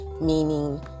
Meaning